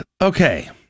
okay